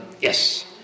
yes